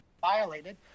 violated